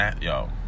Yo